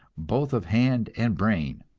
both of hand and brain.